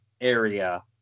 area